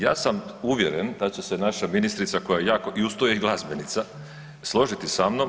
Ja sam uvjeren da će se naša ministrica koja je jako i uz to je i glazbenica složiti sa mnom.